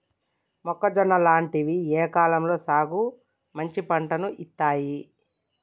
మొక్కజొన్న లాంటివి ఏ కాలంలో సానా మంచి పంటను ఇత్తయ్?